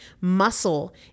Muscle